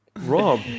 Rob